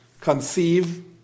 conceive